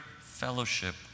fellowship